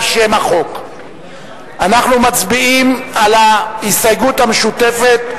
אנחנו מצביעים על ההסתייגות המשותפת,